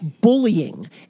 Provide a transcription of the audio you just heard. bullying